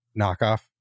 knockoff